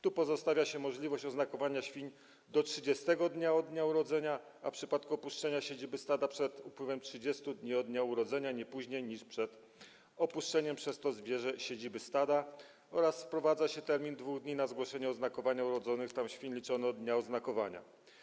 Tu pozostawia się możliwość oznakowania świń do 30. dnia od dnia urodzenia, a w przypadku opuszczenia siedziby stada przed upływem 30 dni od dnia urodzenia - nie później niż przed opuszczeniem przez to zwierzę siedziby stada, oraz wprowadza się termin 2 dni na zgłoszenie oznakowania urodzonych tam świń, liczony od dnia oznakowania.